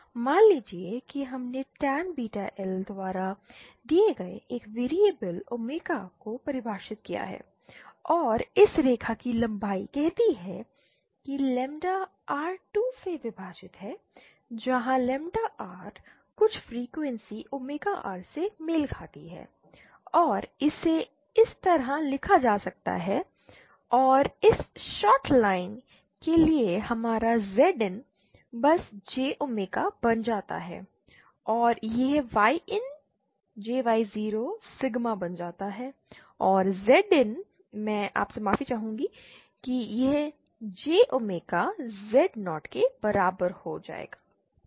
मान लीजिए कि हमने टैन बीटा L द्वारा दिए गए एक वेरिएबल ओमेगा को परिभाषित किया है और इस रेखा की लंबाई कहती है कि लैम्डा r 2 से विभाजित है जहां लैम्डा r कुछ फ्रीक्वेंसी ओमेगा r से मेल खाती है और इसे इस तरह लिखा जा सकता है और इस शॉर्ट लाइन के लिए हमारा Zin बस j ओमेगा बन जाता है और यह Yin jy0 सिग्मा बन जाता है और Zin मैं आपसे माफी चाहूंगा कि यह j omega Z0 के बराबर हो जाए